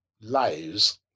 lives